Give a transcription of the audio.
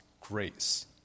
grace